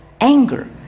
anger